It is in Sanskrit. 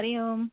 हरि ओम्